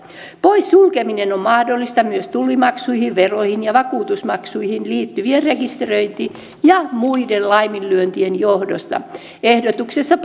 poissulkeminen on mahdollista myös tullimaksuihin veroihin ja vakuutusmaksuihin liittyvien rekisteröinti ja muiden laiminlyöntien johdosta ehdotuksessa